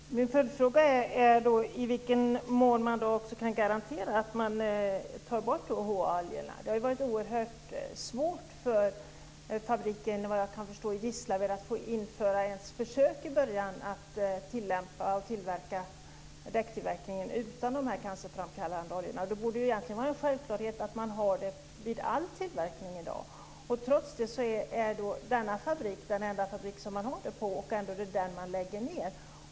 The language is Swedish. Fru talman! Min följdfråga är: I vilken mån kan man garantera att HA-oljorna tas bort? Det har såvitt jag kan förstå varit oerhört svårt för fabriken i Gislaved att i början ens få införa försök att tillverka däcken utan de här cancerframkallande oljorna. Det borde egentligen vara en självklarhet vid all tillverkning i dag. Trots det är denna fabrik den enda som har denna typ av tillverkning, och ändå är det den man lägger ned.